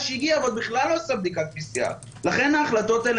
שהגיע ועוד בכלל לא עשה בדיקת PCR. לכן ההחלטות האלה